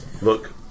Look